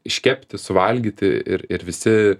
iškepti suvalgyti ir ir visi